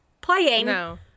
playing